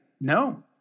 No